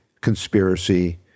conspiracy